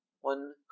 one